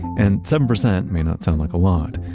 and seven percent may not sound like a lot,